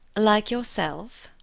like yourself?